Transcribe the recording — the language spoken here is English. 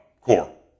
core